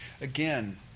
again